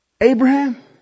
Abraham